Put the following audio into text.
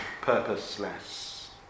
purposeless